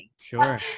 sure